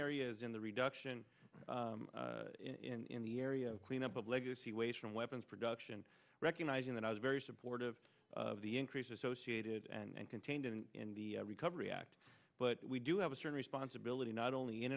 areas in the reduction in the area of cleanup of legacy waste on weapons production recognizing that i was very supportive of the increase associated and contained in the recovery act but we do have a certain responsibility not only in